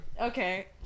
Okay